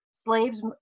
slaves